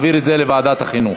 לוועדת החינוך,